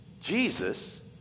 Jesus